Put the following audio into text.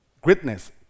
Greatness